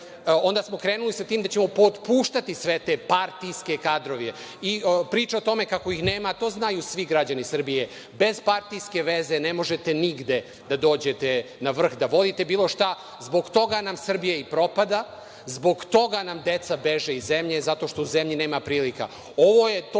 onda smo krenuli sa tim da ćemo otpuštati sve te partijske kadrove. Priča o tome kako ih nema, to svi građani Srbije znaju, bez partijske veze ne možete nigde da dođete na vrh, da vodite bilo šta, zbog toga nam Srbija i propada. Zbog toga nam deca beže iz zemlje, zato što u zemlji nema prilika.